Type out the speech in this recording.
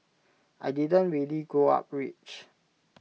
I didn't really grow up rich